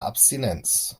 abstinenz